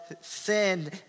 sin